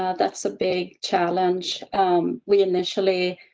ah that's a big challenge we initially.